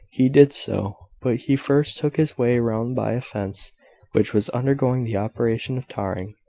he did so but he first took his way round by a fence which was undergoing the operation of tarring,